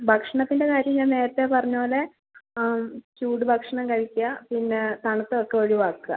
ഭക്ഷണത്തിൻ്റെ കാര്യം ഞാൻ നേരത്തെ പറഞ്ഞ പോലെ ചൂട് ഭക്ഷണം കഴിക്കാം പിന്നെ തണുത്തതൊക്കെ ഒഴിവാക്കാം